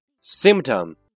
Symptom